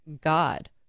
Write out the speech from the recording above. God